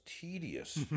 tedious